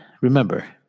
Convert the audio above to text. remember